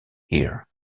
here